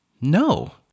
No